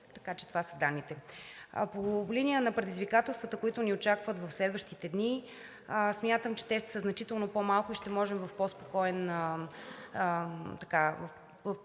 Така че това са данните. По линия на предизвикателствата, които ни очакват в следващите дни, смятам, че те ще са значително по-малко и ще можем по-спокойно